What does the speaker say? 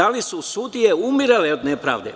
Da li su sudije umirale od nepravde?